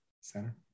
Center